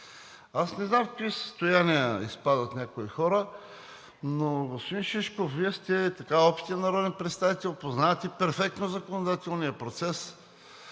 Аз не знам в какви състояния изпадат някои хора, но, господин Шишков, Вие сте опитен народен представител, познавате перфектно законодателния процес